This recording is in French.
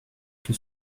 que